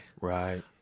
Right